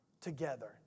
together